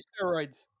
steroids